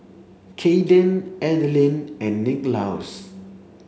Cayden Adaline and Nicklaus